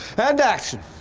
and action!